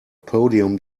podium